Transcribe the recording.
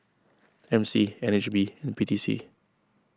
M C N H B and P T C